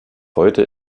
heute